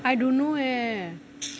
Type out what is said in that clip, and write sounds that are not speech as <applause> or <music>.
I don't know leh <noise>